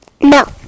No